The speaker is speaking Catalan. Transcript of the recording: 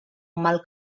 mal